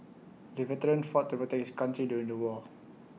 the veteran fought to protect his country during the war